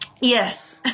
Yes